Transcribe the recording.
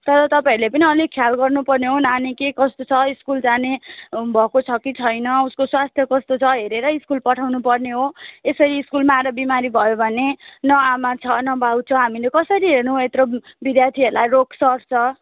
तर तपाईँहरूले पनि अलिक ख्याल गर्नु पर्ने हो नानी के कस्तो छ स्कुल जाने भएको छ कि छैन उसको स्वास्थ्य कस्तो छ हेरेरै स्कुल पठाउनु पर्ने हो यसरी स्कुलमा आएर बिमारी भयो भने न आमा छ न बाउ छ हामीले कसरी हेर्नु यत्रो विधार्थीहरूलाई रोग सर्छ